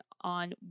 on